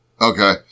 Okay